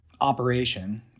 operation